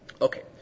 Okay